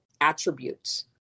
attributes